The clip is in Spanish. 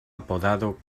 apodado